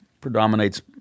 predominates